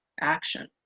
action